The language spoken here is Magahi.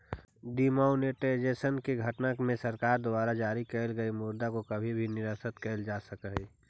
डिमॉनेटाइजेशन के घटना में सरकार द्वारा जारी कैल गेल मुद्रा के कभी भी निरस्त कैल जा सकऽ हई